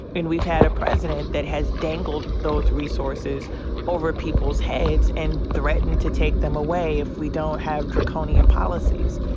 and we've had a president that has dangled those resources over people's heads and threatened to take them away if we don't have draconian policies.